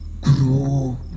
grow